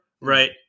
right